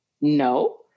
No